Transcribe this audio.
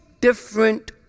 different